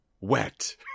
Wet